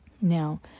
Now